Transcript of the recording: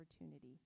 opportunity